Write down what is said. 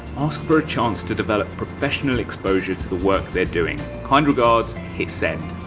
ask for a chance to develop professional exposure to the work they're doing. kind regards, hit send.